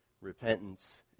repentance